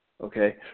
okay